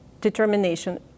determination